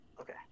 Okay